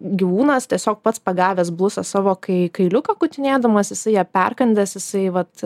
gyvūnas tiesiog pats pagavęs blusą savo kai kailiuką kutinėdamas jisai ją perkandęs jisai vat